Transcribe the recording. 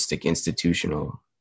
institutional